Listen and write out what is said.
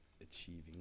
achieving